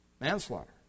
manslaughter